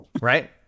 right